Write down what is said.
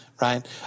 right